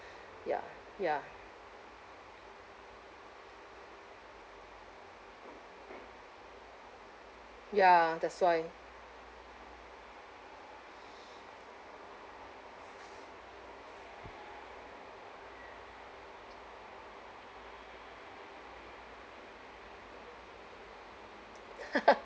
ya ya ya that's why